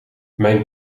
mijn